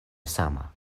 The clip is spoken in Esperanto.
sama